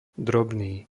drobný